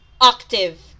Octave